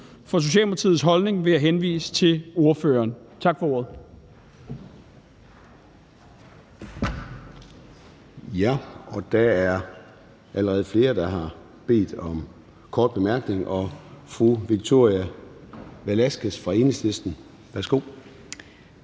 For Socialdemokratiets holdning vil jeg henvise til ordføreren. Tak for ordet. Kl. 13:03 Formanden (Søren Gade): Der er allerede flere, der har bedt om korte bemærkninger. Fru Victoria Velasquez fra Enhedslisten, værsgo.